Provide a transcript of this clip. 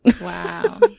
Wow